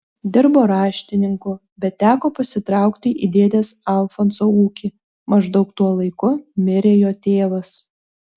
dirbo raštininku bet teko pasitraukti į dėdės alfonso ūkį maždaug tuo laiku mirė jo tėvas